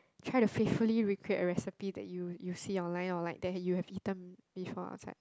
try to faithfully recreate a recipe that you you see online or like that you have eaten before outside